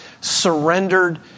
surrendered